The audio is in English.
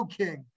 king